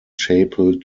chapel